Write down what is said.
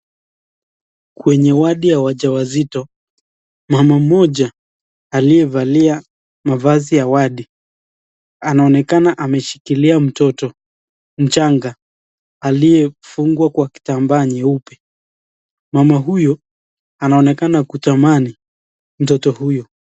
Kwenye wadi ya wajawazito, mama mmoja aliyevalia mavazi ya wadi anaonekana kushikilia mtoto mchanga aliyefungwa kwa kitambaa nyeupe mama huyo anaonekana kutamani mtoto huyo.